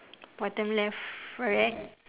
bottom left right